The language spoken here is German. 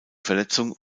verletzung